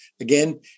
Again